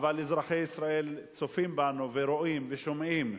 אבל אזרחי ישראל צופים בנו ורואים ושומעים,